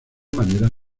maneras